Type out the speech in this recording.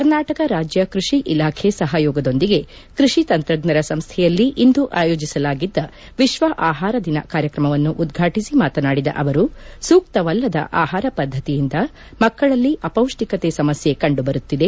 ಕರ್ನಾಟಕ ರಾಜ್ಯ ಕೃಷಿ ಇಲಾಖೆ ಸಹಯೋಗದೊಂದಿಗೆ ಕೃಷಿ ತಂತ್ರಜ್ಞರ ಸಂಸ್ಥೆಯಲ್ಲಿ ಇಂದು ಆಯೋಜಿಸಲಾಗಿದ್ದ ವಿಶ್ವ ಆಹಾರ ದಿನ ಕಾರ್ಯಕ್ರಮವನ್ನು ಉದ್ಘಾಟಿಸಿ ಮಾತನಾದಿದ ಅವರು ಸೂಕ್ತವಲ್ಲದ ಆಹಾರ ಪದ್ದತಿಯಿಂದ ಮಕ್ಕಳಲ್ಲಿ ಅಪೌಷ್ಟಿಕತೆ ಸಮಸ್ಯೆ ಕಂಡುಬರುತ್ತಿದೆ